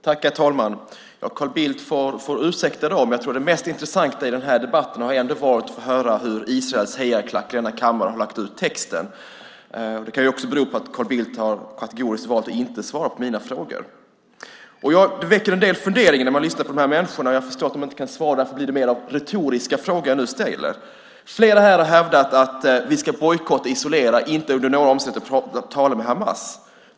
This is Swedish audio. Herr talman! Carl Bildt får ursäkta, men det intressantaste i den här debatten har varit hur Israels hejarklack i denna kammare har lagt ut texten. Det kan också bero på att Carl Bildt har hållit sig för god för att svara på mina frågor. Det väcks en del funderingar när man lyssnar på de här människorna. Jag förstår att de inte kan svara nu, och därför blir det mer retoriska frågor som jag nu ställer. Flera här har hävdat att vi ska bojkotta, isolera och inte under några omständigheter tala med Hamas.